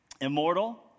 immortal